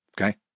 okay